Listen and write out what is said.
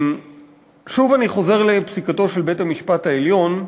אני חוזר לפסיקתו של בית-המשפט העליון.